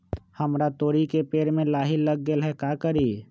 हमरा तोरी के पेड़ में लाही लग गेल है का करी?